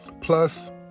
plus